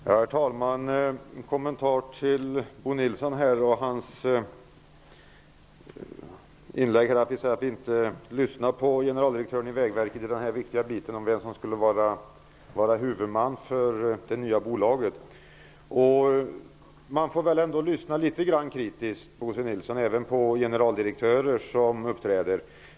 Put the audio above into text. Herr talman! Jag vill ge en kommentar till Bo Nilssons inlägg, där han sade att vi inte lyssnade på generaldirektören vid Vägverket i den viktiga frågan om vem som skall vara huvudman för det nya bolaget. Man får väl ändå lyssna litet grand kritiskt, Bo Nilsson, även på generaldirektörer som uppträder.